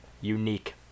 unique